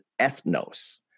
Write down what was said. ethnos